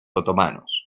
otomanos